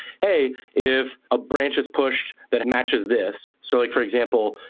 hey, if a branch is pushed that matches this so like for example,